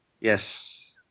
Yes